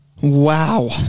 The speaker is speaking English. Wow